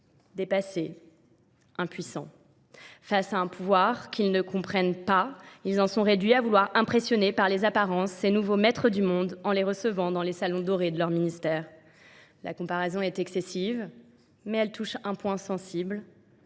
dépassé, impuissant. Face à un pouvoir qu'ils ne comprennent pas, ils en sont réduits à vouloir impressionner par les apparences ces nouveaux maîtres du monde en les recevant dans les salons dorés de leur ministère. La comparaison est excessive, mais elle touche un point sensible.